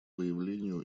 выявлению